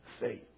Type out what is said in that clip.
faith